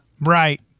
Right